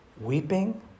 weeping